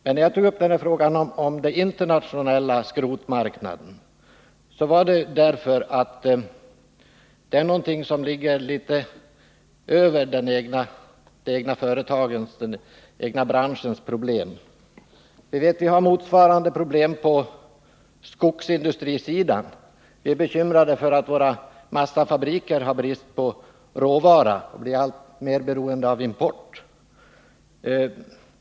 Men när jag tog upp frågan om den internationella skrotmarknaden gjorde jag det därför att det är någonting som ligger litet över den egna branschens problem. Vi har motsvarande problem på skogsindustrisidan. Vi är bekymrade för att våra massafabriker har brist på råvara och blir alltför beroende av import.